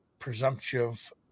presumptive